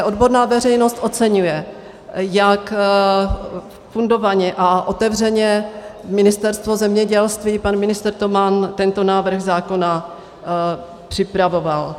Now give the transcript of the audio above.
Odborná veřejnost oceňuje, jak fundovaně a otevřeně ministerstvo zemědělství, pan ministr Toman tento návrh zákona připravoval.